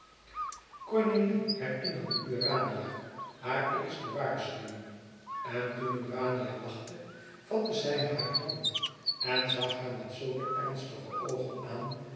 cornélie herinnerde urania hare eerste waarschuwing en toen urania lachte vatte zij haar hand en zag haar met zulke ernstige oogen aan